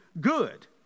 good